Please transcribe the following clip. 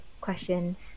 Questions